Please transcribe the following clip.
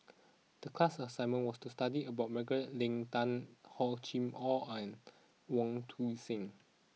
the class assignment was to study about Margaret Leng Tan Hor Chim Or and Wong Tuang Seng